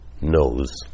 knows